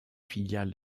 filiales